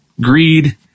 greed